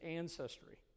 ancestry